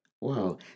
Wow